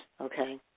Okay